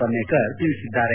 ಪನ್ನೇಕರ್ ತಿಳಿಸಿದ್ದಾರೆ